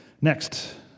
Next